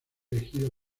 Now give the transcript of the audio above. elegido